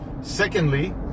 Secondly